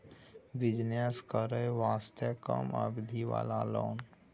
Business करे वास्ते कम अवधि वाला लोन?